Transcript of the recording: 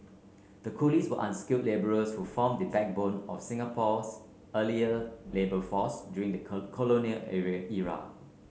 the coolies were unskilled labourers who formed the backbone of Singapore's earlier labour force during the colonial area era